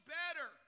better